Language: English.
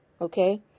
okay